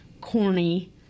corny